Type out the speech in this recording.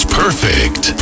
perfect